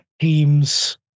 Teams